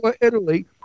Italy